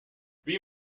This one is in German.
wie